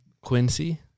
Quincy